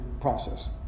process